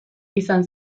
izan